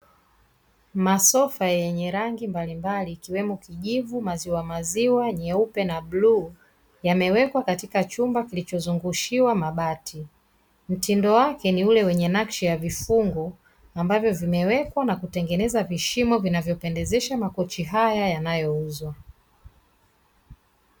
Masofa yenye rangi mbalimbali ikiwemo kijivu, maziwamaziwa, nyeupe na bluu yameweka katika chumba kilichozungushiwa mabati, mtindo wake ni ule wenye nashki ya vifungo ambavyo vimewekwa na kutengeneza vishimo vinavyopendezesha makochi haya yanayouzwa.